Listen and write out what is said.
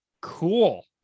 Cool